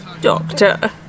Doctor